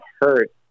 hurt